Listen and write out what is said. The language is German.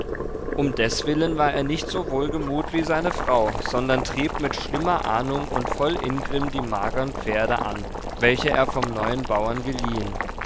um deswillen war er nicht so wohlgemut wie seine frau sondern trieb mit schlimmer ahnung und voll ingrimm die magern pferde an welche er vom neuen bauern geliehen